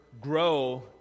grow